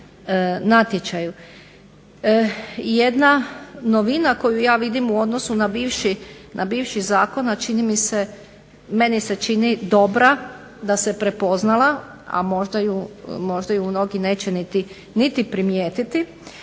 Jedna novina koju ja vidim u odnosu na bivši zakon, a meni se čini dobra da se prepoznala, a možda ju mnogi neće niti primijetiti,